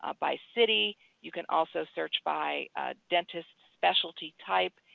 ah by city. you can also search by dentist specialty type,